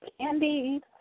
candy